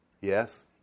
Yes